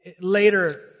Later